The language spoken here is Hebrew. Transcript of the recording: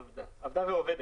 עבדה ועובדת.